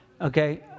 Okay